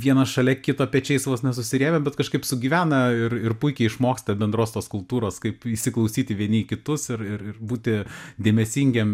vienas šalia kito pečiais vos ne susirėmę bet kažkaip sugyvena ir ir puikiai išmoksta bendros tos kultūros kaip įsiklausyti vieni į kitus ir ir ir būti dėmesingiem